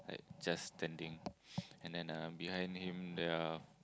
just standing and then um behind him there are